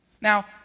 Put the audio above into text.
Now